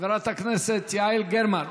חברת הכנסת יעל גרמן.